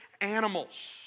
animals